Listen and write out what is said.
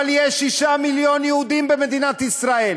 אבל יש 6 מיליון יהודים במדינת ישראל.